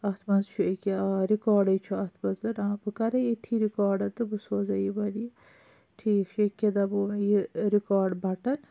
اَتھ منٛز چھُ أکہِ آ رِکارڈٕے چھُ اَتھ منٛز بہٕ کَرَے یِتھٕے رِکارڈ تہٕ بہٕ سُوزَے یِمَن یہِ ٹِھیٖک چھُ أکہِ دَبوو مےٚ یہِ رِکارڈ بَٹَن